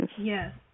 Yes